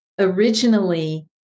originally